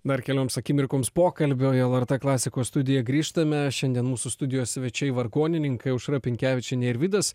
dar kelioms akimirkoms pokalbio į el er t klasikos studiją grįžtame šiandien mūsų studijos svečiai vargonininkai aušra pinkevičienė ir vidas